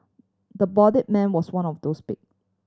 the bloodied man was one of those pick